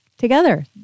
together